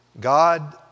God